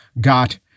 got